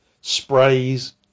sprays